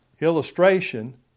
illustration